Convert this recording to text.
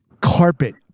Carpet